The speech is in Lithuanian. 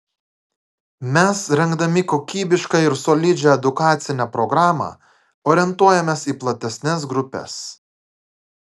mes rengdami kokybišką ir solidžią edukacinę programą orientuojamės į platesnes grupes